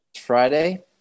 Friday